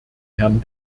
herrn